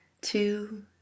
two